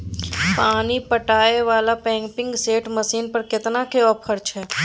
पानी पटावय वाला पंपिंग सेट मसीन पर केतना के ऑफर छैय?